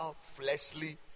fleshly